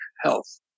health